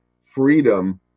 freedom